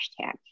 hashtag